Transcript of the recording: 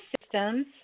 systems